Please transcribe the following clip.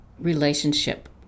relationship